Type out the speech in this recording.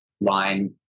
line